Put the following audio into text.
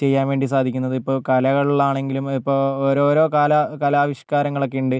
ചെയ്യാൻ വേണ്ടി സാധിക്കുന്നത് ഇപ്പോൾ കലകളിലാണെങ്കിലും ഇപ്പോൾ ഓരോ ഓരോ കാല കലാവിഷ്കാരങ്ങളൊക്കെയുണ്ട്